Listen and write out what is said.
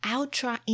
Ultra